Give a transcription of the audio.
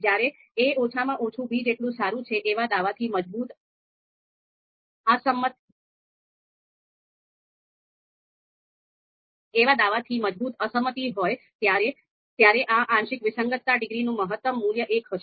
જયારે a ઓછામાં ઓછું b જેટલું સારું છે એવા દાવાથી મજબૂત અસંમતિ હોય ત્યારે આ આંશિક વિસંગતતા ડિગ્રીનું મહત્તમ મૂલ્ય 1 હશે